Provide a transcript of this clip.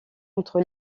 entre